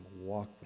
walk